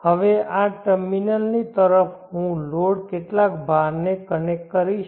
હવે આ ટર્મિનલની તરફ હું લોડ કેટલાક ભારને કનેક્ટ કરીશ